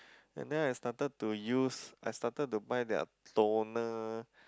and then I started to use I started to buy their toner